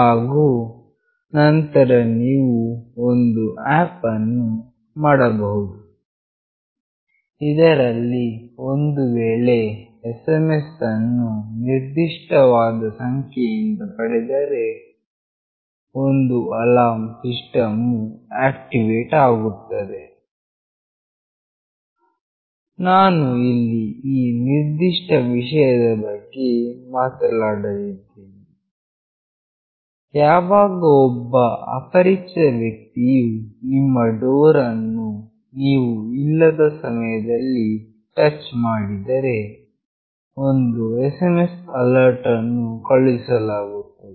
ಹಾಗು ನಂತರ ನೀವು ಒಂದು ಆ್ಯಪ್ ಅನ್ನು ಮಾಡಬಹುದು ಇದರಲ್ಲಿ ಒಂದು ವೇಳೆ SMS ಅನ್ನು ನಿರ್ದಿಷ್ಟವಾದ ಸಂಖ್ಯೆಯಿಂದ ಪಡೆದರೆ ಒಂದು ಅಲಾರ್ಮ್ ಸಿಸ್ಟಮ್ ವು ಆಕ್ಟಿವೇಟ್ ಆಗುತ್ತದೆ ನಾನು ಇಲ್ಲಿ ಈ ನಿರ್ದಿಷ್ಟ ವಿಷಯದ ಬಗ್ಗೆ ಮಾತನಾಡಲಿದ್ದೇನೆ ಯಾವಾಗ ಒಬ್ಬ ಅಪರಿಚಿತ ವ್ಯಕ್ತಿಯು ನಿಮ್ಮ ಡೋರ್ ಅನ್ನು ನೀವು ಇಲ್ಲದ ಸಮಯದಲ್ಲಿ ಟಚ್ ಮಾಡಿದರೆ ಒಂದು SMS ಅಲರ್ಟ್ ಅನ್ನು ಕಳುಹಿಸಲಾಗುತ್ತದೆ